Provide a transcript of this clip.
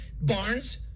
Barnes